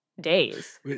days